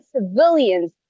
civilians